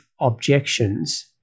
objections